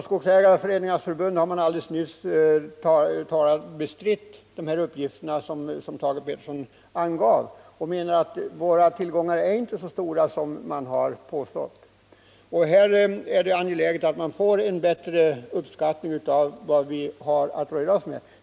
Skogsägareföreningarnas förbund har nyligen bestritt just de uppgifter som Thage Peterson nu lämnade och sagt att vära tillgångar inte är så stora som det pås Det är angeläget att vi får en bättre uppskattning av vilka råvarutillgångar som vi har att röra oss med.